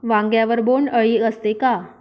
वांग्यावर बोंडअळी असते का?